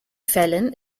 fällen